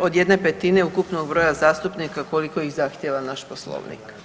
od jedne petine ukupnog broja zastupnika koliko iz zahtijeva naš poslovnik.